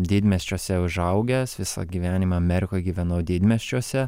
didmiesčiuose užaugęs visą gyvenimą amerikoj gyvenau didmiesčiuose